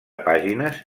pàgines